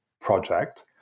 project